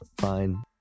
fine